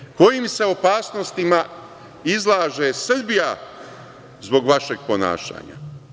E, sada kojim se opasnostima izlaže Srbija zbog vašeg ponašanja?